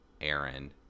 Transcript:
Aaron